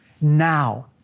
now